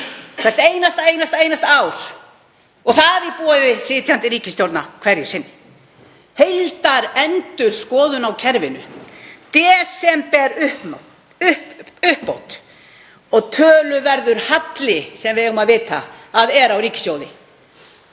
hvert einasta ár, hvert einasta ár, og það í boði sitjandi ríkisstjórna hverju sinni. Heildarendurskoðun á kerfinu, desemberuppbót og töluverður halli sem við eigum að vita að er á ríkissjóði.